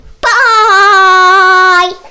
Bye